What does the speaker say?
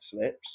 slips